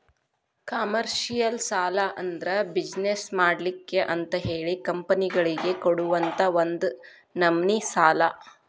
commercial ಸಾಲಾ ಅಂದ್ರ business ಮಾಡ್ಲಿಕ್ಕೆ ಅಂತಹೇಳಿ ಕಂಪನಿಗಳಿಗೆ ಕೊಡುವಂತಾ ಒಂದ ನಮ್ನಿ ಸಾಲಾ